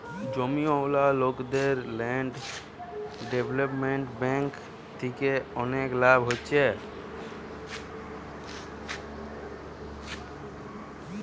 জমিওয়ালা লোকদের land development bank থিকে অনেক লাভ হচ্ছে